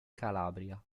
calabria